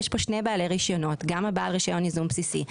יש פה שני בעלי רישיונות: גם בעל רישיון ייזום בסיסי,